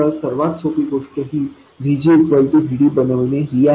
तर सर्वात सोपी गोष्ट ही VG VD बनविणे ही आहे